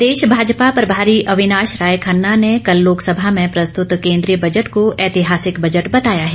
भाजपा प्रदेश भाजपा प्रभारी अविनाश राय खन्ना ने कल लोकसभा में प्रस्तुत केंद्रीय बजट को ऐतिहासिक बजट बताया है